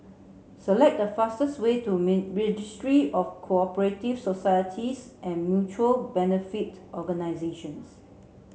select the fastest way to Registry of Co operative Societies and Mutual Benefit Organisations